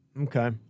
okay